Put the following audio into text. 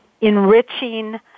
enriching